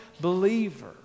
believer